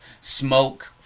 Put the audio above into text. smoke